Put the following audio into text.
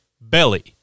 belly